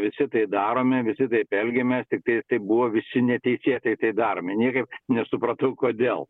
visi tai darome visi taip elgiamės tik tai kai buvo visi neteisėtai tai daromi niekaip nesupratau kodėl